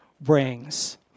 brings